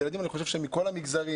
אלה ילדים מכל המגזרים,